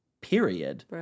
period